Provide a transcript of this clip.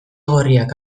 gorriak